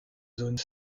zone